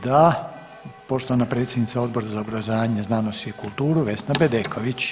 Da, poštovana predsjednica Odbora za obrazovanje, znanost i kultura Vesna Bedeković.